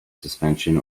suspension